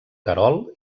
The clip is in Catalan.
querol